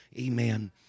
Amen